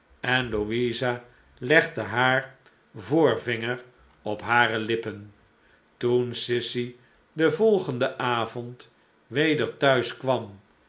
en louisa legde haar voorvinger op hare lippen toen sissy den volgenden avond weder